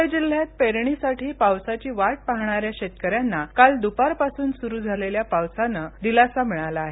ध्वळे जिल्ह्यात पेरणीसाठी पावसाची वाट पाहणाऱ्या शेतकऱ्यांना काल दुपारपासून सुरू झालेल्या पावसानं दिलासा दिला आहे